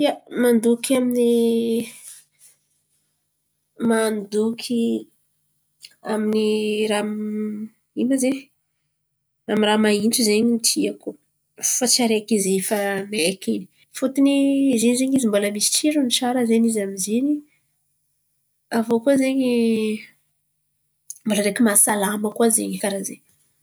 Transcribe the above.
Ia, mandoky mandoky amin’ny raha ma ino ma ze amin’ny mahitso zen̈y tiako fa tsy araiky izy fa maiky iny. Fôtiny zin̈y ze mbala misy tsirony tsara zen̈y izy amy zin̈y mbala araiky mahasalama koa ze karà zen̈y.